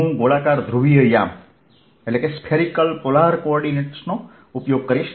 હું ગોળાકાર ધ્રુવીય યામ નો ઉપયોગ કરીશ